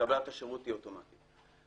שקבלת השירות היא אוטומטית.